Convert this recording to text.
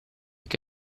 che